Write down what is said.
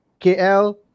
KL